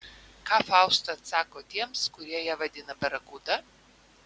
ką fausta atsako tiems kurie ją vadina barakuda